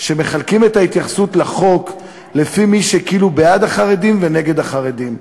שמחלקים את ההתייחסות לחוק לפי מי שכאילו בעד החרדים ונגד החרדים.